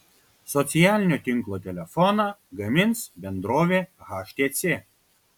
socialinio tinklo telefoną gamins bendrovė htc